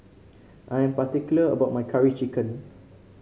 I am particular about my Curry Chicken